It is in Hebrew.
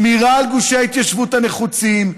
שמירה על גושי ההתיישבות הנחוצים,